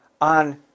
On